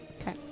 Okay